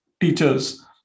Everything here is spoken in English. teachers